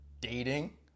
dating